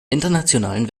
internationalen